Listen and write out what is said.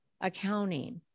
accounting